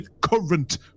current